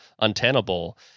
untenable